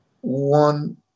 one